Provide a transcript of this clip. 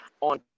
on